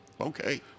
okay